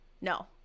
no